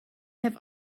have